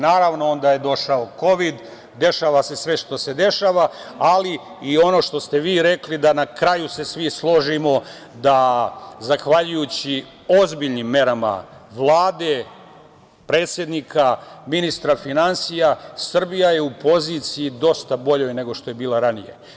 Naravno, onda je došao Kovid, dešava se sve što se dešava, ali i ono što ste vi rekli da na kraju se svi složimo da zahvaljujući ozbiljnim merama Vlade, predsednika, ministra finansija, Srbija je u poziciji dosta boljoj nego što je bila ranije.